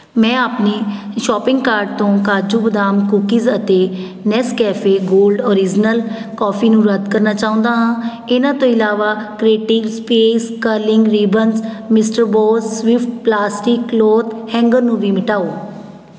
ਮੈਂ ਆਪਣੀ shopping cart ਤੋਂ ਕਾਜੂ ਬਦਾਮ ਕੂਕੀਜ਼ ਅਤੇ ਨੇਸਕੈਫੇ ਗੋਲਡ ਓਰੀਜਨਲ ਕੌਫੀ ਨੂੰ ਰੱਦ ਕਰਨਾ ਚਾਹੁੰਦਾ ਹਾਂ ਇਹਨਾਂ ਤੋਂ ਇਲਾਵਾ Creative Space curling ribbons Mister Boss Swift plastic cloth hanger ਨੂੰ ਵੀ ਮਿਟਾਓ